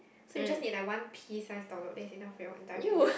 so you just need like one pea size dollop then is enough for your entire face